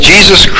Jesus